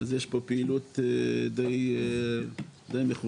יש פה פעילות די מכובדת.